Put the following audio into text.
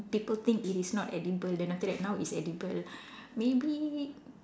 people think it is not edible then after that now is edible maybe